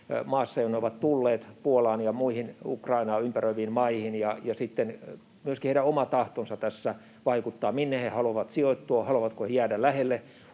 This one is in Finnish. maassa, jonne he ovat tulleet, Puolassa ja muissa Ukrainaa ympäröivissä maissa. Myöskin heidän oma tahtonsa tässä vaikuttaa: minne he haluavat sijoittua, haluavatko he jäädä lähelle